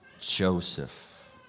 Joseph